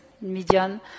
median